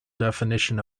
definition